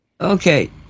Okay